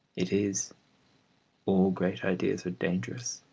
it is all great ideas are dangerous.